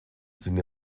sind